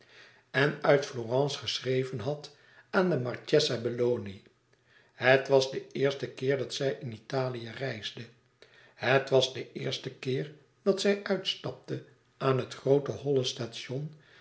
en uit florence geschreven had aan de marchesa belloni het was de eerste keer dat zij in italië reisde et was de eerste keer dat zij uitstapte aan het groote holle station